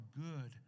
good